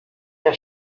der